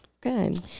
good